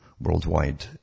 worldwide